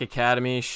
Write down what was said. Academy